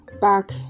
Back